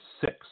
six